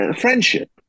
Friendship